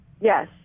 Yes